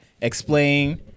explain